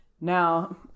now